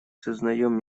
сознаем